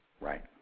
Right